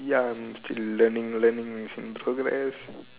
ya I'm still learning learning is in progress